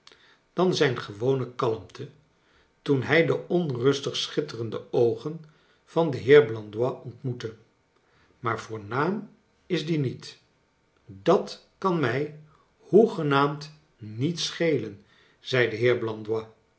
dan zijn gewone kalmte toen hij de onrustig schitterende oogen van den heer blandois ontmoette maar voornaam is die niet dat kan mij hoegenaamd niets schelen zei de